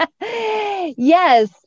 Yes